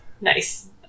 nice